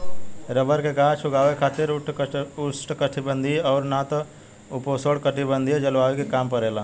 rubber के गाछ उगावे खातिर उष्णकटिबंधीय और ना त उपोष्णकटिबंधीय जलवायु के काम परेला